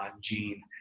gene